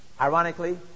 Ironically